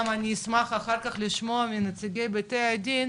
גם אני אשמח אח"כ לשמוע מנציגי בתי הדין,